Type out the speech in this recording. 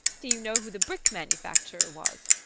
do you know who the brick manufacturer was?